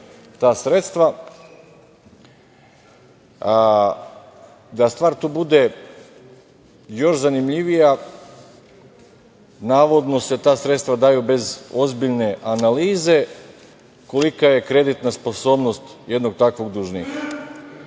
da stvar tu bude još zanimljivija, navodno se ta sredstva daju bez ozbiljne analize, kolika je kreditna sposobnost jednog takvog dužnika.